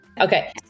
Okay